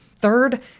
Third